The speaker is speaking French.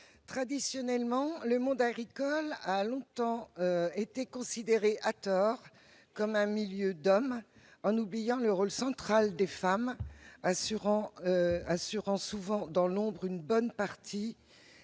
Traditionnellement le monde agricole a longtemps été considéré, à tort, comme un milieu d'hommes, en oubliant le rôle central des femmes, assumant souvent dans l'ombre une bonne partie